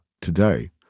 today